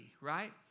right